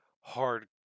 hard